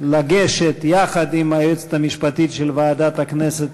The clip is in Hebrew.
לגשת יחד עם היועצת המשפטית של ועדת הכנסת,